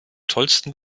tollsten